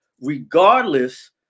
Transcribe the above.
Regardless